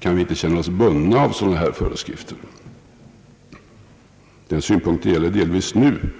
kan känna oss bundna av sådana här föreskrifter, eftersom de inte är inskrivna i lag. Den synpunkten gäller delvis nu.